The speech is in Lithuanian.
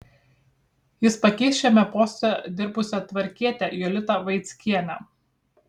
jis pakeis šiame poste dirbusią tvarkietę jolitą vaickienę